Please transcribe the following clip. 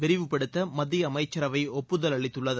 விரிவுப்படுத்தமத்திய அமைச்சரவை ஒப்புதல் அளித்துள்ளது